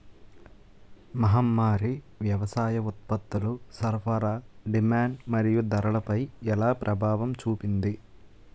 మహమ్మారి వ్యవసాయ ఉత్పత్తుల సరఫరా డిమాండ్ మరియు ధరలపై ఎలా ప్రభావం చూపింది?